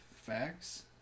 facts